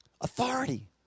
Authority